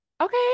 Okay